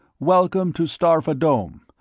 welcome to starpha dome.